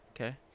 okay